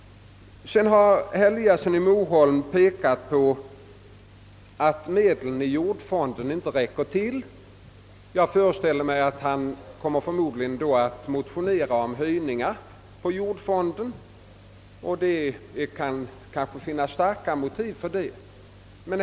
Herr Eliasson i Moholm har pekat på att medlen i jordfonden inte räcker till. Han kommer förmodligen därför att motionera om höjningar av denna fond, och det kan kanske finnas motiv för sådant.